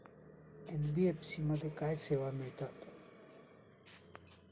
NBFC मध्ये काय सेवा मिळतात?